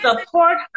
support